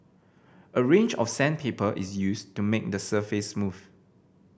a range of sandpaper is used to make the surface smooth